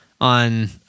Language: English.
on